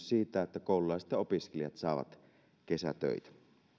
siitä että koululaiset ja opiskelijat saavat kesätöitä